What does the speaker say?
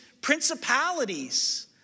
principalities